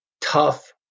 tough